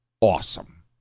awesome